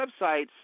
websites